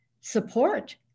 support